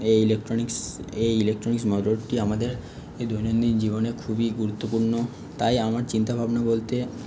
এই ইলেকট্রনিক্স এই ইলেকট্রনিক্স মোটরটি আমাদের এই দৈনন্দিন জীবনে খুবই গুরুত্বপূর্ণ তাই আমার চিন্তাভাবনা বলতে